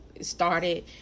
started